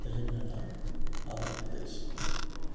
Telangana Andhra Pradesh